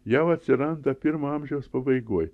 jau atsiranda pirmo amžiaus pabaigoj